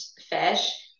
fish